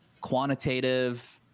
quantitative